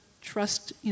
trust